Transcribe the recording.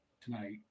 tonight